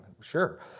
Sure